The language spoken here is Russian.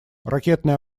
ракетные